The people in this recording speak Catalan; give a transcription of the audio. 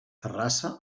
terrassa